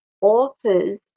authors